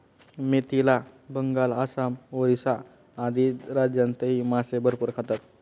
मिथिला, बंगाल, आसाम, ओरिसा आदी राज्यांतही मासे भरपूर खातात